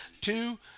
Two